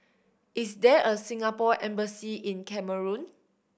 is there a Singapore Embassy in Cameroon